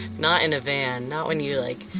not in a van. not when you're like